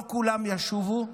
לא כולם ישובו,